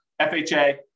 FHA